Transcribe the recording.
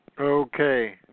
Okay